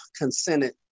consented